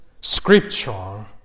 scripture